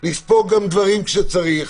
לספוג גם דברים כשצריך,